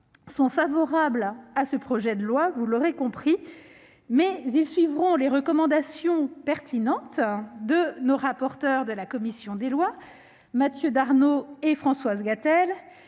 sont favorables à ce projet de loi organique, mais ils suivront les recommandations pertinentes de nos corapporteurs de la commission des lois, Mathieu Darnaud et Françoise Gatel.